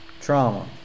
trauma